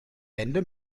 bände